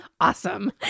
awesome